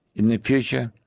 in the future,